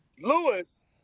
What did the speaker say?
Lewis